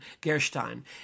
Gerstein